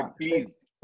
please